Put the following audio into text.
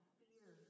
fear